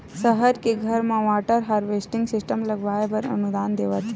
सहर के घर म वाटर हारवेस्टिंग सिस्टम लगवाए बर अनुदान देवत हे